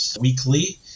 weekly